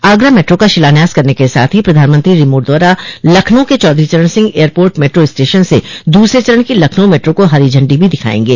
Agra metro का शिलान्यास करने के साथ ही प्रधानमंत्री रिमोट द्वारा लखनऊ के Chaudhary Charan Singh airport metro station से दूसरे चरण की लखनऊ मेट्रो को हरी झंडी भी दिखायेंगे